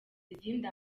izindi